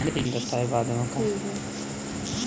Nordic देशों में coffee की बिक्री सबसे ज्यादा होती है